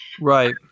Right